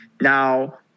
Now